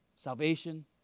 Salvation